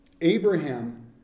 Abraham